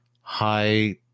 high